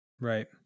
Right